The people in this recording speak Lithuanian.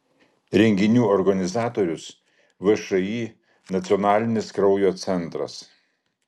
renginių organizatorius všį nacionalinis kraujo centras